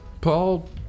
Paul